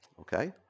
okay